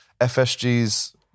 FSG's